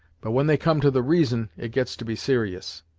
but when they come to the reason, it gets to be serious.